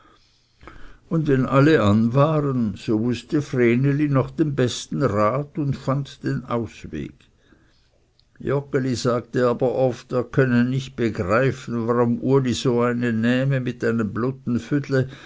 und wenn alle an waren so wußte vreneli noch den besten rat und fand den ausweg joggeli sagte aber oft er könne nicht begreifen warum uli so eine nähme mit einem